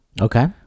Okay